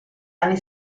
anni